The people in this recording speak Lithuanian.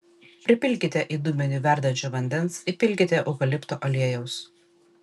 pripilkite į dubenį verdančio vandens įpilkite eukalipto aliejaus